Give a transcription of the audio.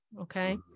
Okay